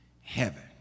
heaven